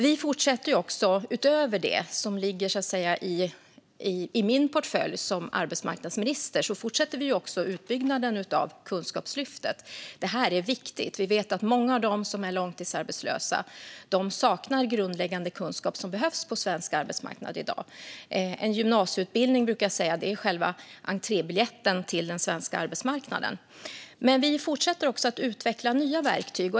Vi fortsätter också utöver det som ligger i min portfölj som arbetsmarknadsminister utbyggnaden av Kunskapslyftet. Det är viktigt. Vi vet att många av dem som är långtidsarbetslösa saknar grundläggande kunskap som behövs på svensk arbetsmarknad i dag. Man brukar säga att en gymnasieutbildning är själva entrébiljetten till den svenska arbetsmarknaden. Vi fortsätter också att utveckla nya verktyg.